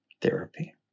therapy